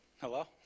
Hello